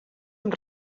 amb